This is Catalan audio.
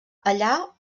allà